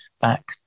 back